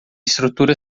estrutura